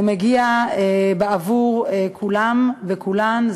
זה מגיע בעבור כולם וכולן,